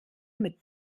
mit